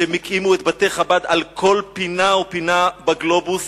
שהקימו את בתי-חב"ד בכל פינה ופינה בגלובוס,